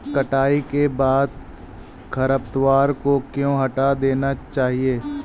कटाई के बाद खरपतवार को क्यो हटा देना चाहिए?